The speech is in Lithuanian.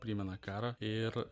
primena karą ir